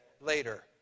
later